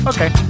Okay